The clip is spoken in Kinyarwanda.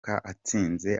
atsinze